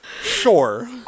Sure